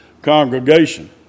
Congregation